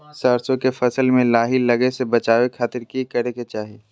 सरसों के फसल में लाही लगे से बचावे खातिर की करे के चाही?